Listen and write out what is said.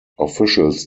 officials